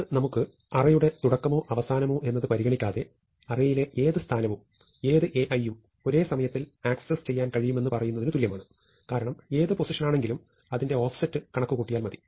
ഇത് നമുക്ക് അറയുടെ തുടക്കമോ അവസാനമോ എന്നത് പരിഗണിക്കാതെ നിരയിലെ ഏത് സ്ഥാനവും ഏത് Aiയും ഒരേ സമയത്തിൽ ആക്സസ് ചെയ്യാൻ കഴിയുമെന്ന് പറയുന്നതിനു തുല്യമാണ് കാരണം ഏതു പൊസിഷനാണെങ്കിലും അതിന്റെ ഓഫ്സെറ്റ് കണക്കുകൂട്ടിയാൽ മതി